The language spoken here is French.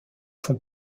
font